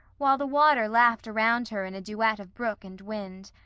while the water laughed around her in a duet of brook and wind.